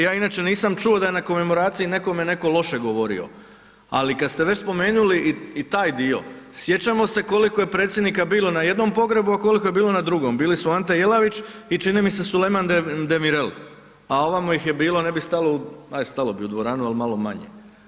Ja inače nisam čuo da je na komemoraciji nekome neko loše govorio, ali kad ste već spomenuli i taj dio, sjećamo se koliko je predsjednika bilo na jednom pogrebu a koliko je bilo na drugom, bili su Ante Jelavić i čini mi se Suleyman Demirel a ovamo ih je bilo, ne bi stalo, ajde stalo bi u dvoranu ali malo manje.